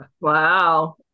Wow